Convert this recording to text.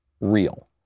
real